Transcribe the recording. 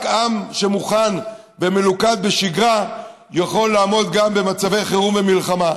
רק עם שמוכן ומלוכד בשגרה יכול לעמוד גם במצבי חירום ומלחמה.